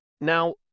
Now